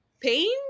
pain